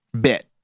bit